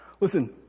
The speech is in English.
Listen